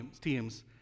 teams